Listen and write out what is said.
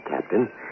Captain